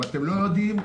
אם אתם לא יודעים,